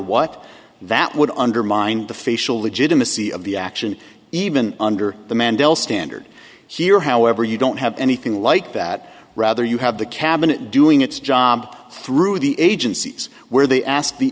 what that would undermine the facial legitimacy of the action even under the mandela standard here however you don't have anything like that rather you have the cabinet doing its job through the agencies where they asked the